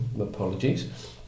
apologies